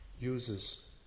uses